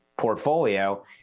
portfolio